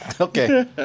Okay